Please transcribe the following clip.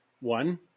One